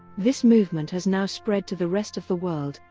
this movement has now spread to the rest of the world,